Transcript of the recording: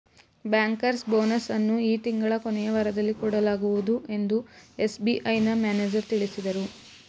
bankers bonus ಅನ್ನು ಈ ತಿಂಗಳ ಕೊನೆಯ ವಾರದಲ್ಲಿ ಕೊಡಲಾಗುವುದು ಎಂದು ಎಸ್.ಬಿ.ಐನ ಮ್ಯಾನೇಜರ್ ತಿಳಿಸಿದರು